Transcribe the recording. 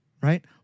right